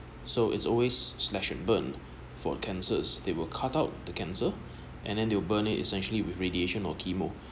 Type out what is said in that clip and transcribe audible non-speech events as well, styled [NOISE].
so it's always slash and burn for cancers they will cut out the cancer [BREATH] and then they burn it essentially with radiation or chemo